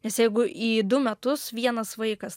nes jeigu į du metus vienas vaikas